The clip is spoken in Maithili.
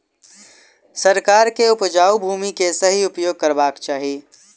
सरकार के उपजाऊ भूमि के सही उपयोग करवाक चाही